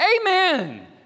Amen